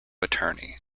attorney